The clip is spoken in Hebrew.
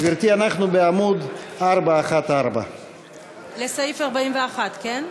גברתי, אנחנו בעמוד 414. לסעיף 41, כן?